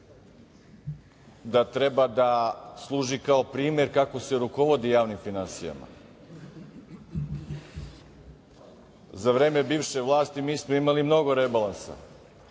treba da služi kao primer kako se rukovodi javnim finansijama. Za vreme bivše vlasti mi smo imali mnogo rebalansa.